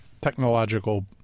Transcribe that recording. technological